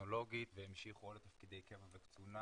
טכנולוגית והמשיכו או לתפקידי קבע וקצונה,